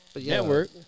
network